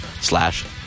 slash